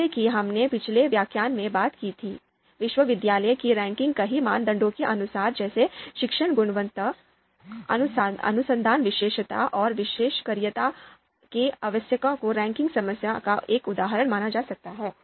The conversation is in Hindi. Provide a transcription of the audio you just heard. जैसा कि हमने पिछले व्याख्यान में बात की थी विश्वविद्यालयों की रैंकिंग कई मानदंडों के अनुसार जैसे शिक्षण गुणवत्ता अनुसंधान विशेषज्ञता और कैरियर के अवसरों को रैंकिंग समस्या का एक उदाहरण माना जा सकता है